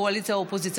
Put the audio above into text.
קואליציה או אופוזיציה,